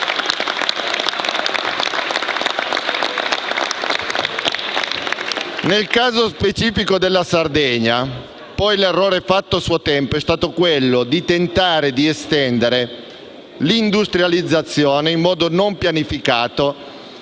Nel caso specifico della Sardegna, poi, l'errore fatto a suo tempo è stato quello di tentare di estendere l'industrializzazione in modo non pianificato